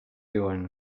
diuen